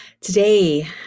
Today